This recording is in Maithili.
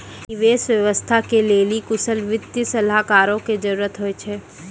निवेश व्यवस्था के लेली कुशल वित्तीय सलाहकारो के जरुरत होय छै